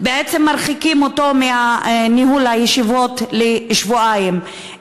בעצם מרחיקים אותו מניהול הישיבות לשבועיים.